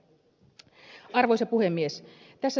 arvoisa puhemies